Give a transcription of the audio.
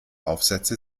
aufsätze